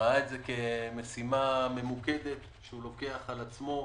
ראה את זה כמשימה ממוקדת שהוא לוקח על עצמו.